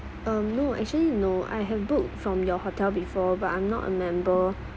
um no actually no I have booked from your hotel before but I'm not a member